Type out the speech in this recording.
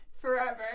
forever